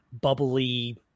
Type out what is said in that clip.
bubbly